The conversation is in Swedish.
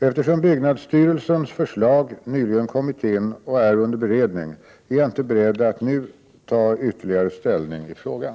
Eftersom byggnadsstyrelsens förslag nyligen kommit in och är under beredning, är jag inte beredd att nu ta ytterligare ställning i frågan.